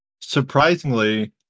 surprisingly